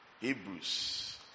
Hebrews